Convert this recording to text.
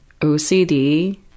OCD